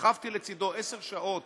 שכבתי לצידו עשר שעות